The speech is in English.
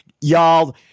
y'all